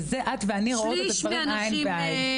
בזה את ואני רואות את הדברים עין בעין.